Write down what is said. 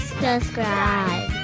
subscribe